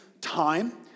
time